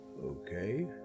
Okay